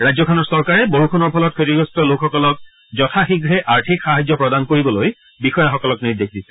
ৰাজ্য চৰকাৰে বৰষুণৰ ফলত ক্ষতিগ্ৰস্ত লোকসকলক যথা শীঘে আৰ্থিক সাহায্য প্ৰদান কৰিবলৈ বিষয়াসকলক নিৰ্দেশ দিছে